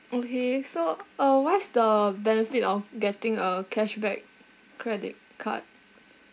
okay so uh what is the benefit of getting a cashback credit card